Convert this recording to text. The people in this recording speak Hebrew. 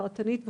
פרטנית וכו',